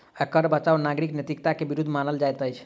कर बचाव नागरिक नैतिकता के विरुद्ध मानल जाइत अछि